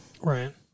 Right